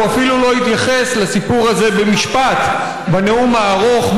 הוא אפילו לא התייחס לסיפור הזה במשפט בנאום הארוך,